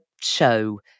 show